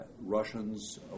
Russians